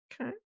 Okay